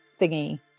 thingy